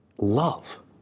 love